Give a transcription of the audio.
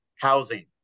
housing